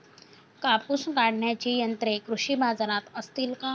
कापूस काढण्याची यंत्रे कृषी बाजारात असतील का?